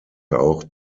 auch